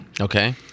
Okay